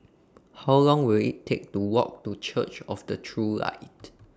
How Long Will IT Take to Walk to Church of The True Light